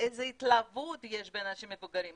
איזו התלהבות יש בין האנשים המבוגרים.